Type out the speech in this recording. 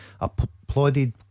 applauded